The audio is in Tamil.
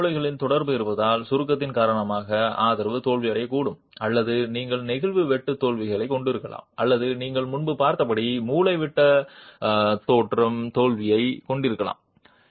அல்லது மூலைகளில் தொடர்பு இருப்பதால் சுருக்கத்தின் காரணமாக ஆதார தோல்வியடையக்கூடும் அல்லது நீங்கள் நெகிழ் வெட்டு தோல்வியைக் கொண்டிருக்கலாம் அல்லது நீங்கள் முன்பு பார்த்தபடி மூலைவிட்ட பதற்றம் தோல்வியைக் கொண்டிருக்கலாம்